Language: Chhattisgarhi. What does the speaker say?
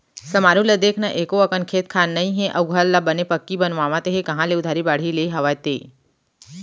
समारू ल देख न एको अकन खेत खार नइ हे अउ घर ल बने पक्की बनवावत हे कांहा ले उधारी बाड़ही ले हवय ते?